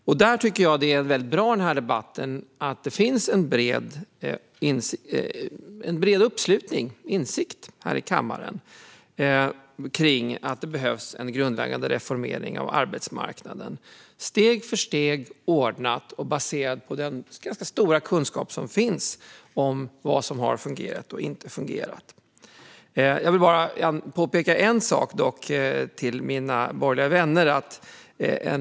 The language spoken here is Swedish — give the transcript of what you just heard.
I den debatten tycker jag att det bra att det finns en bred uppslutning och insikt här i kammaren om att det behövs en grundläggande reformering av arbetsmarknaden, ordnad steg för steg och baserad på den ganska stora kunskap som finns om vad som har fungerat och inte. Jag vill dock bara påpeka en sak för mina borgerliga vänner.